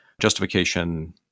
justification